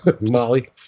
Molly